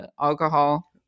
alcohol